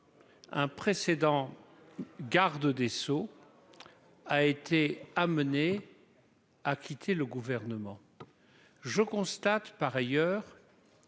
un précédent garde des Sceaux a été amenée à quitter le gouvernement, je constate par ailleurs